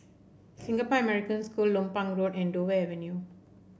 Singapore American School Lompang Road and Dover Avenue